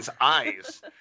eyes